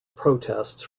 protests